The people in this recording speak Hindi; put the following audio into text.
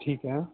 ठीक है